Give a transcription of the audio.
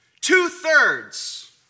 two-thirds